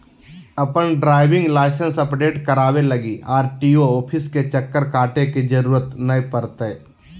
अपन driving licence update कराबे लगी आर.टी.ओ ऑफिस के चक्कर काटे के जरूरत नै पड़तैय